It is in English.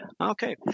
Okay